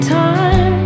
time